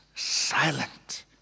Silent